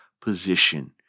position